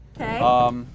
Okay